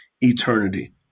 eternity